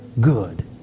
good